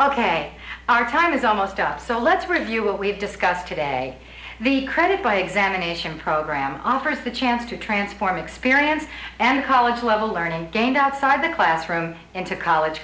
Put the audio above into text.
ok our time is almost up so let's review what we've discussed today the credit by examination program offers the chance to transform experience and college level learning gained outside the classroom and to college